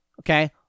Okay